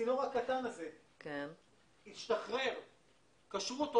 נובל לקחה חברה צד שלישי,